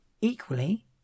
equally